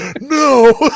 no